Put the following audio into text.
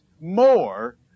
more